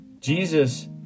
Jesus